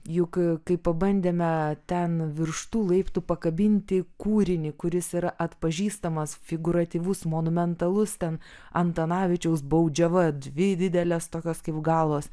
juk kai pabandėme ten virš tų laiptų pakabinti kūrinį kuris yra atpažįstamas figurativus monumentalus ten antanavičiaus baudžiava dvi didelės tokios kaip galas